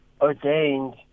ordained